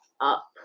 up